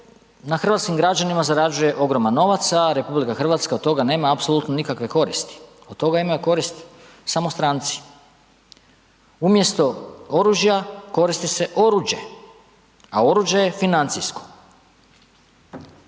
na hrvatskim građanima zarađuje ogroman novac a RH od toga nema apsolutno nikakve koristi. Od toga imaju korist samo stranci. Umjesto oružja, koristi se oruđe a oruđe je financijsko.